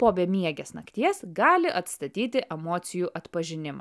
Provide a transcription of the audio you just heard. po bemiegės nakties gali atstatyti emocijų atpažinimą